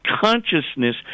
consciousness